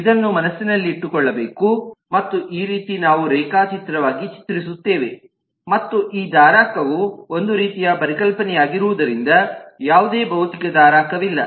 ಇದನ್ನು ಮನಸ್ಸಿನಲ್ಲಿಟ್ಟುಕೊಳ್ಳಬೇಕು ಮತ್ತು ಈ ರೀತಿ ನಾವು ರೇಖಾಚಿತ್ರವಾಗಿ ಚಿತ್ರಿಸುತ್ತೇವೆ ಮತ್ತು ಈ ಧಾರಕವು ಒಂದು ರೀತಿಯ ಪರಿಕಲ್ಪನೆಯಾಗಿರುವುದರಿಂದ ಯಾವುದೇ ಭೌತಿಕ ಧಾರಕವಿಲ್ಲ